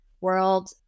world